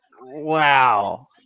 Wow